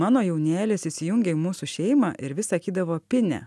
mano jaunėlis įsijungė į mūsų šeimą ir vis sakydavo pine